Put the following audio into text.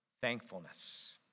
thankfulness